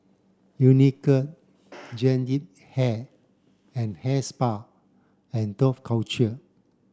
Unicurd Jean Yip Hair and Hair Spa and Dough Culture